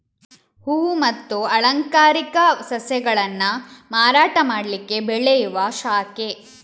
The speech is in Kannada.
ಹೂವು ಮತ್ತೆ ಅಲಂಕಾರಿಕ ಸಸ್ಯಗಳನ್ನ ಮಾರಾಟ ಮಾಡ್ಲಿಕ್ಕೆ ಬೆಳೆಯುವ ಶಾಖೆ